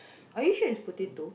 are you sure is potato